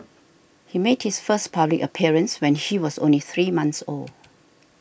he made his first public appearance when she was only three month old